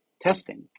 testing